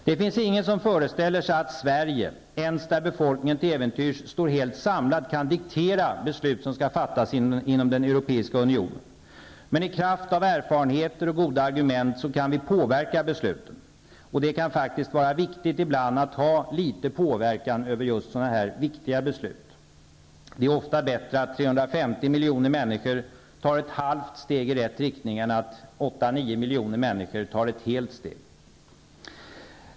Det finns ingen som föreställer sig att Sverige, ens där befolkningen till äventyrs står helt samlad, kan diktera beslut som skall fattas inom den Europeiska unionen, men i kraft av erfarenheter och goda argument kan vi påverka besluten. Det kan faktiskt vara betydelsefullt ibland att ha litet påverkan över just sådana här viktiga beslut. Ofta är det bättre att 350 miljoner människor tar ett halvt steg i rätt riktning än att 8 eller 9 miljoner människor tar ett helt steg.